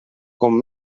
com